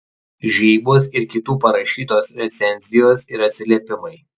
žeibos ir kitų parašytos recenzijos ir atsiliepimai